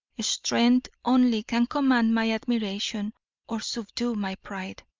strength only can command my admiration or subdue my pride.